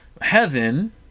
heaven